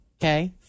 Okay